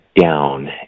down